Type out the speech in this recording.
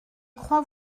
crois